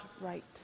right